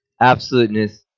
absoluteness